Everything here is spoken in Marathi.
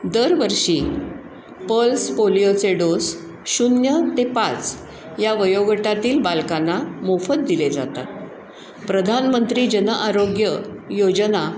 दर वर्षी पल्स पोलिओचे डोस शून्य ते पाच या वयोगटातील बालकांना मोफत दिले जातात प्रधानमंत्री जनआरोग्य योजना